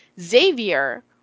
Xavier